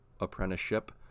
apprenticeship